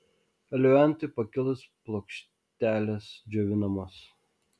eliuentui pakilus plokštelės džiovinamos